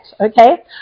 okay